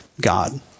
God